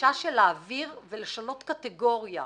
הגישה של להעביר ולשנות קטגוריה,